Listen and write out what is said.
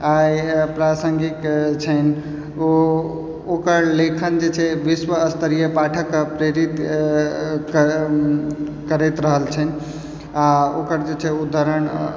आइ प्रासङ्गिक छन्हि ओ ओकर लेखन जे छै विश्वस्तरीय पाठक प्रेरित करैत रहल छन्हि आओर ओकर जे छै उद्धरण